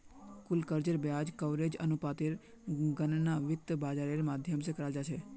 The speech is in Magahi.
कुल कर्जेर ब्याज कवरेज अनुपातेर गणना वित्त बाजारेर माध्यम से कराल जा छे